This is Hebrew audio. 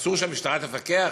אסור שהמשטרה תפקח?